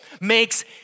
makes